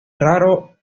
raro